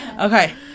Okay